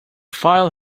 file